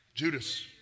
Judas